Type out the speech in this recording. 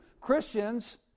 Christians